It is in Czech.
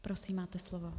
Prosím, máte slovo.